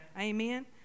Amen